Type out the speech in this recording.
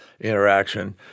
interaction